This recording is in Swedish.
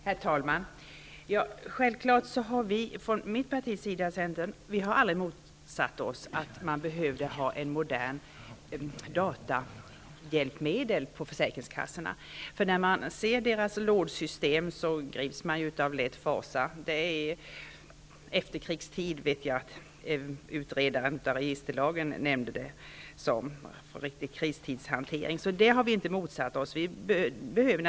Herr talman! Självklart har vi i Centern aldrig motsatt oss moderna datahjälpmedel på försäkringskassorna. När man ser lådsystemen på försäkringskassorna grips man ju av viss fasa. De systemen är att jämföra med efterkrigstidens. Utredaren av registerlagen har kommenterat detta. Det är rena kristidshanteringen. Vi har alltså inte motsatt oss en modernisering.